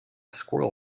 squirrel